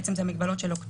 שבעצם אלה מגבלות של אוקטובר